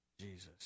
Jesus